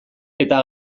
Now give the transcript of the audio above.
eta